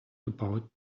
about